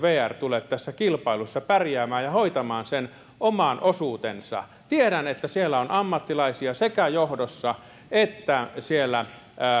vr tule tässä kilpailussa pärjäämään ja hoitamaan sen oman osuutensa tiedän että siellä on ammattilaisia sekä johdossa että